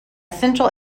central